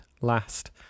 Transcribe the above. last